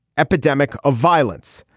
epidemic of violence.